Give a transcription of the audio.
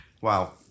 Wow